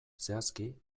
zehazki